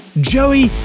Joey